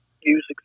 use